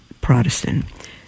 Protestant